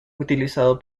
utilizado